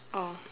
oh